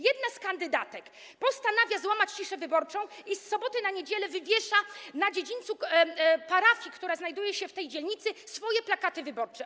Jedna z kandydatek postanawia złamać ciszę wyborczą i z soboty na niedzielę wywiesza na dziedzińcu parafii, która znajduje się w tej dzielnicy, swoje plakaty wyborcze.